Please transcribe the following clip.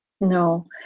No